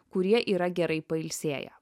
kurie yra gerai pailsėję